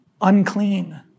unclean